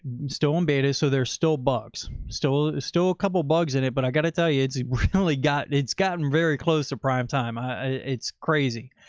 beta. so there's still bugs stolen, still a couple of bugs in it, but i gotta tell you, it's only gotten, it's gotten very close to prime time. i it's crazy.